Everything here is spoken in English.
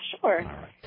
sure